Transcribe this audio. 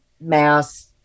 mass